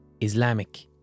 Islamic